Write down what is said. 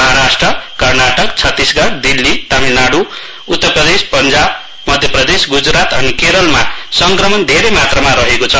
महाराष्ट्र कर्नाटक छत्तीसगढ दिल्ली तमिलनाड् उत्तर प्रदेश पञ्जाब मध्य प्रदेश गुजरात अनि केरलमा संक्रमण धेरै मात्रामा रहेको छ